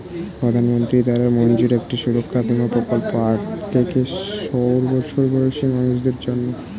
প্রধানমন্ত্রী দ্বারা মঞ্জুর একটি সুরক্ষা বীমা প্রকল্প আট থেকে সওর বছর বয়সী মানুষদের জন্যে